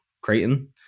Creighton